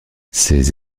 ses